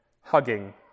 hugging